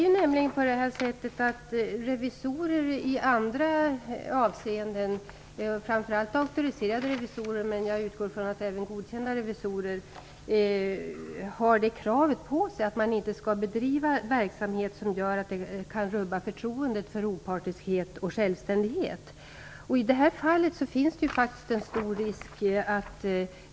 Auktoriserade revisorer - jag utgår från att det även gäller godkända revisorer - har nämligen i andra avseenden krav på sig att inte bedriva en sådan verksamhet som kan rubba förtroendet när det gäller opartiskhet och självständighet. I det här fallet finns det faktiskt en stor risk.